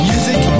Music